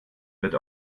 wird